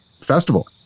festival